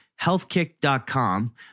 healthkick.com